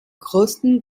größten